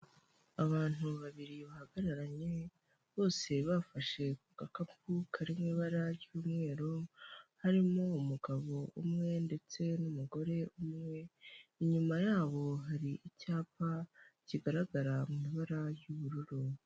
Abantu babiri bahagararanye bose bafashe ku gakapu karimo ibara ry'umweru harimo umugabo umwe ndetse n'umugore umwe inyuma yabo hari icyapa kigaragara mu ibara ry'ubururu.